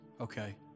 okay